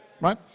Right